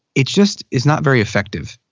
it's just it's not very effective.